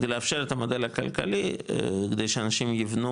ולאפשר את המודל הכלכלי כדי שאנשים יבנו